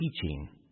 teaching